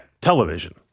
television